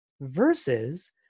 Versus